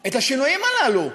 את השינויים הללו.